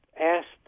Asked